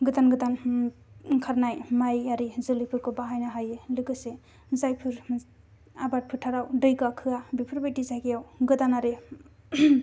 गोदान गोदान ओंखारनाय माइ आरि जोलैफोरखौ बाहायनो हायो लोगोसे जायफोर आबाद फोथाराव दै गाखोआ बेफोरबायदि जायगायाव गोदानारि